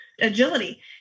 agility